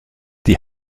die